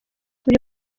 buri